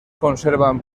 conservan